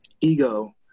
ego